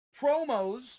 promos